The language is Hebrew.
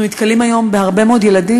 אנחנו נתקלים היום בהרבה מאוד ילדים